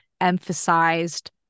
emphasized